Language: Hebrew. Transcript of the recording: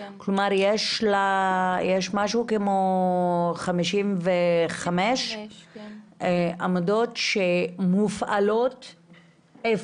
כלומר, יש 55 עמדות שמופעלות - איפה?